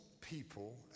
people